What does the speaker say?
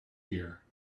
here